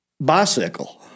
Bicycle